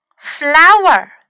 flower